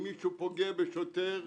אם מישהו פוגע בשוטר,